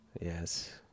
Yes